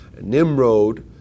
Nimrod